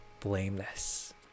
blameless